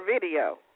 video